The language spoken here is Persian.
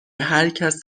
هرکس